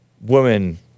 woman